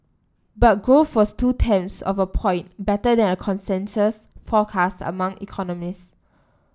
but growth was two tenths of a point better than a consensus forecast among economists